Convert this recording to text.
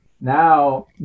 Now